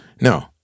no